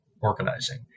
organizing